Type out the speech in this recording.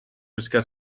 jusqu’à